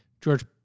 George